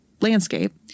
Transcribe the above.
landscape